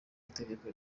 itegeko